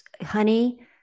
honey